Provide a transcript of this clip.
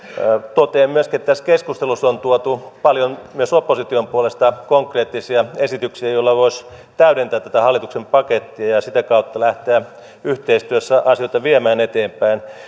totean myöskin että tässä keskustelussa on tuotu paljon myös opposition puolesta konkreettisia esityksiä joilla voisi täydentää tätä hallituksen pakettia ja ja sitä kautta lähteä yhteistyössä asioita viemään eteenpäin